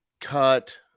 cut